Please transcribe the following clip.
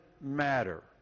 matter